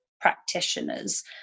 practitioners